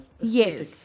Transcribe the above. Yes